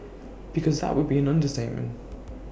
because that would be an understatement